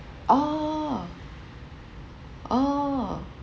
orh orh